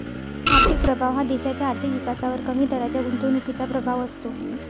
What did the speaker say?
आर्थिक प्रभाव हा देशाच्या आर्थिक विकासावर कमी दराच्या गुंतवणुकीचा प्रभाव असतो